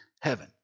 heaven